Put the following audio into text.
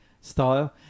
style